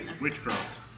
Witchcraft